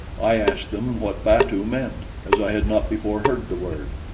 i asked them what batu meant, as i had not before heard the word.